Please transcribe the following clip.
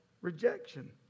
rejection